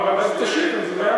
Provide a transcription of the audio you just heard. בסדר, אז תשיב את זה.